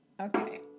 Okay